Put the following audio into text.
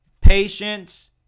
patience